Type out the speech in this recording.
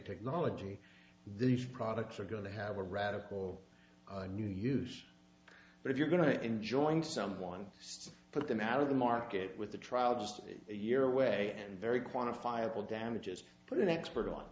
technology these products are going to have a radical new use but if you're going to enjoying someone just put them out of the market with the trial just a year away and very quantifiable damages put an expert on